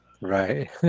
Right